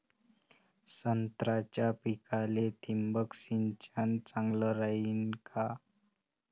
संत्र्याच्या पिकाले थिंबक सिंचन चांगलं रायीन का?